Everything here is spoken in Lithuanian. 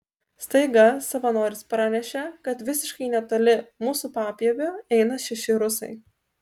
staiga savanoris pranešė kad visiškai netoli mūsų papieviu eina šeši rusai